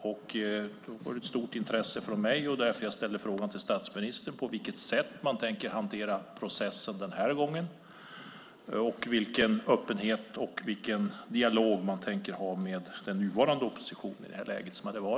Det är av stort intresse för mig, och det var därför jag ställde frågan till statsministern på vilket sätt man tänker hantera processen denna gång och vilken öppenhet och dialog man tänker ha med den nuvarande oppositionen.